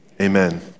amen